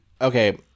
Okay